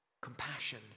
Compassion